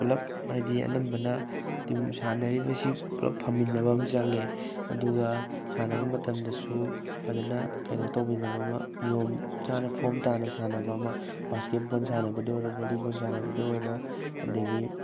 ꯄꯨꯂꯞ ꯍꯥꯏꯗꯤ ꯑꯅꯝꯕꯅ ꯇꯤꯝ ꯁꯥꯟꯅꯔꯤꯕꯁꯤ ꯄꯨꯂꯞ ꯐꯃꯤꯟꯅꯕ ꯑꯃ ꯆꯪꯉꯦ ꯑꯗꯨꯒ ꯁꯥꯟꯅꯕ ꯃꯇꯝꯗꯁꯨ ꯐꯖꯅ ꯀꯩꯅꯣ ꯇꯧꯃꯤꯟꯅꯕ ꯑꯃ ꯅꯤꯌꯣꯝ ꯆꯥꯅ ꯐꯣꯝ ꯇꯥꯅ ꯁꯥꯟꯅꯕ ꯑꯃ ꯕꯥꯁꯀꯦꯠ ꯕꯣꯜ ꯁꯥꯟꯅꯕꯗ ꯑꯣꯏꯔꯣ ꯕꯣꯂꯤꯕꯣꯜ ꯁꯥꯟꯅꯕꯗ ꯑꯣꯏꯔꯣ ꯑꯗꯒꯤ